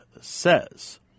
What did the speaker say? says